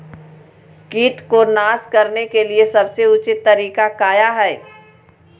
किट को नास करने के लिए सबसे ऊंचे तरीका काया है?